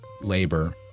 labor